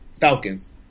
Falcons